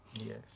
yes